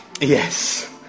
Yes